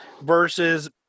versus